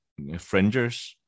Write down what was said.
Fringers